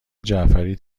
جعفری